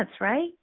right